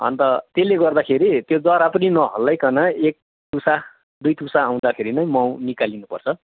अन्त त्यसले गर्दाखेरि त्यो जरा पनि नहल्लाइकन एक टुसा दुई टुसा आउँदाखेरि नै माउ निकालिनु पर्छ